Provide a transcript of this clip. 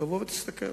תבוא ותסתכל.